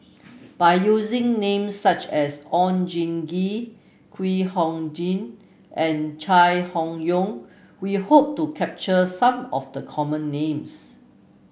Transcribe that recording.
by using names such as Oon Jin Gee Kwek Hong Jing and Chai Hon Yoong we hope to capture some of the common names